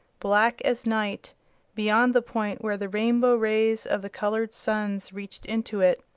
black as night beyond the point where the rainbow rays of the colored suns reached into it.